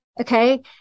okay